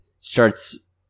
starts